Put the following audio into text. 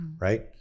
Right